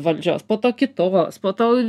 valdžios po to kitos po to